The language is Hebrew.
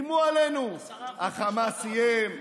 איימו עלינו, חמאס איים,